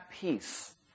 peace